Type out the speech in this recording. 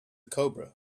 cobra